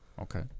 Okay